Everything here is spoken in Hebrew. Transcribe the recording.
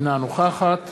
אינה נוכחת